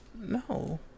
No